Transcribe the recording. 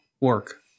work